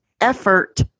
effort